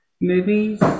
movies